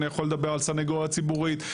אני יכול לדבר על סנגוריה ציבורית,